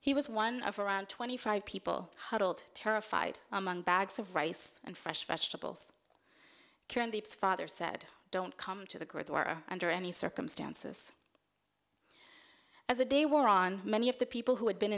he was one of around twenty five people huddled terrified among bags of rice and fresh vegetables kiran the father said don't come to the gurdwara under any circumstances as the day wore on many of the people who had been